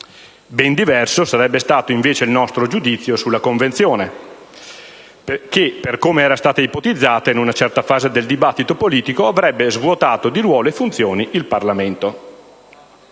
invece, sarebbe stato il nostro giudizio sulla convenzione che, per come era stata ipotizzata in una certa fase del dibattito politico, avrebbe svuotato di ruoli e funzioni il Parlamento.